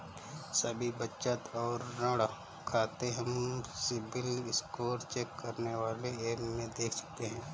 सभी बचत और ऋण खाते हम सिबिल स्कोर चेक करने वाले एप में देख सकते है